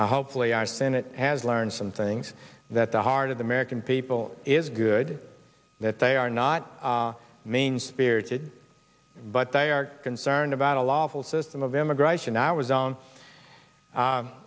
and hopefully our senate has learned some things that the heart of the american people is good that they are not mean spirited but they are concerned about a lawful system of immigration i was on